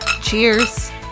Cheers